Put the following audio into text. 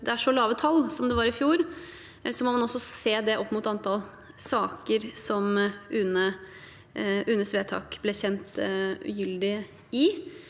det er så lave tall som det var i fjor, må man se det opp mot antallet saker som UNEs vedtak ble kjent ugyldig i,